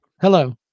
Hello